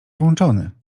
włączony